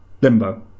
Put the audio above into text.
Limbo